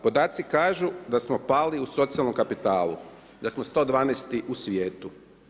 Podaci kažu da smo pali u socijalnom kapitalu, da smo 112 u svijetu.